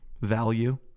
value